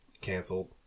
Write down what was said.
canceled